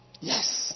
Yes